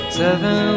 seven